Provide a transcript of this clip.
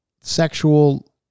sexual